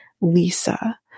Lisa